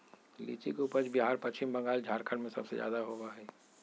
लीची के उपज बिहार पश्चिम बंगाल झारखंड में सबसे ज्यादा होबा हई